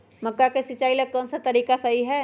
मक्का के सिचाई ला कौन सा तरीका सही है?